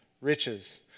riches